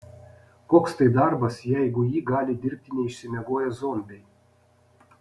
koks tai darbas jeigu jį gali dirbti neišsimiegoję zombiai